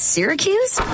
Syracuse